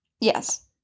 Yes